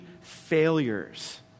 failures